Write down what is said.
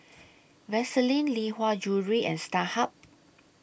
Vaseline Lee Hwa Jewellery and Starhub